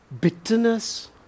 Bitterness